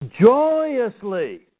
joyously